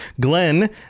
Glenn